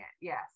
yes